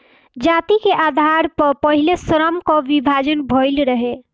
जाति के आधार पअ पहिले श्रम कअ विभाजन भइल रहे